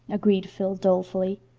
agreed phil dolefully.